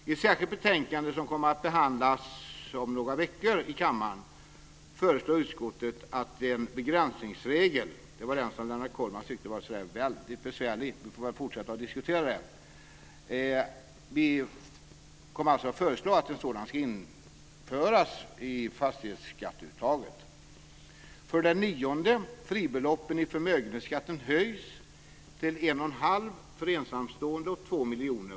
I ett särskilt betänkande som kommer att behandlas i kammaren om några veckor föreslår utskottet att en begränsningsregel - det var den som Lennart Kollmats tyckte var så besvärlig - för fastighetsskatteuttaget ska införas.